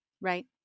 Right